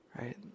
right